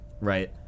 right